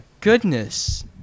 goodness